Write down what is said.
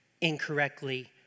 incorrectly